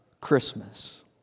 Christmas